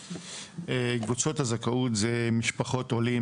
קבוצות הזכאות זה משפחות עולים,